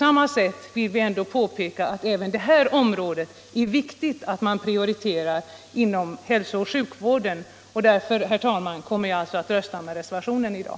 På samma sätt vill vi påpeka att det även på det här området är viktigt att man prioriterar inom hälsooch sjukvården och därför, herr talman, kommer jag att rösta för reservationen i dag.